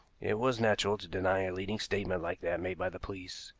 it was natural to deny a leading statement like that made by the police,